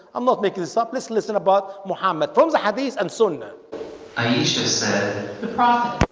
i'm not making this up. let's listen about mohammed from the hadees and sunnah aisha said